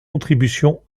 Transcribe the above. contributions